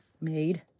made